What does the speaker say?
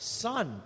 son